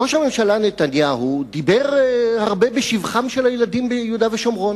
ראש הממשלה נתניהו דיבר הרבה בשבחם של הילדים ביהודה ושומרון